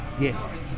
Yes